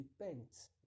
depends